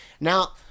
Now